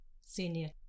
senior